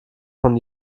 von